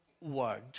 word